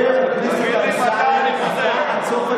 אני כבר שעה